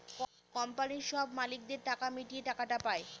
কোম্পানির সব মালিকদের টাকা মিটিয়ে টাকাটা পায়